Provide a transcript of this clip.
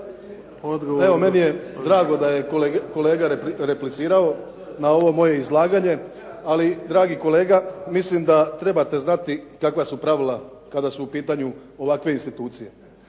Meni je drago da je kolega replicirao na ovo moje izlaganje. Ali dragi kolega, mislim da trebate znati kakva su pravila kada su u pitanju ovakve institucije.